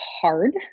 hard